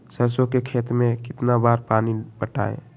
सरसों के खेत मे कितना बार पानी पटाये?